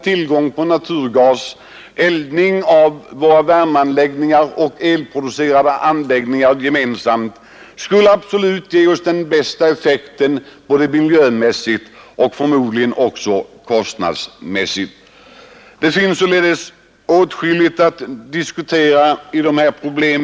Tillgång till naturgas samt eldning av våra värmeanläggningar och elproducerande anläggningar med naturgas skulle absolut ge oss den bästa effekten både miljömässigt och förmodligen även kostnadsmässigt. Det finns således åtskilligt att diskutera beträffande dessa problem.